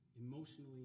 emotionally